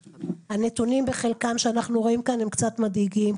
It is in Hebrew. הנתונים בחלקם שאנחנו רואים כאן הם קצת מדאיגים.